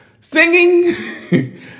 singing